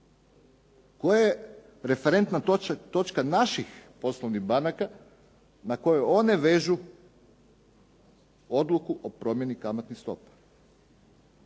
Koja je referentna točka naših poslovnih banaka na kojoj one vežu odluku o promjeni kamatnih stopa?